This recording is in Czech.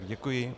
Děkuji.